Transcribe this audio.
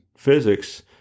physics